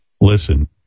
Listen